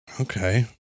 okay